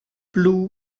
blue